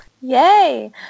Yay